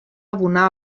abonar